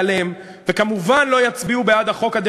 ואני רוצה לומר לך,